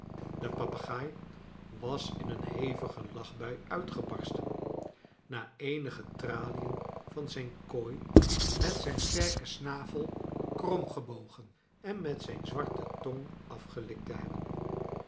de papegaai was in een hevige lachbui uitgebarsten na eenige tralien van zijn kooi met zijn sterken snavel kromgebogen en met zijn zwarte tong afgelikt te heben